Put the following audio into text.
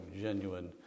genuine